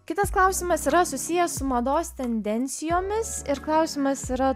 kitas klausimas yra susiję su mados tendencijomis ir klausimas yra